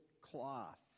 cloth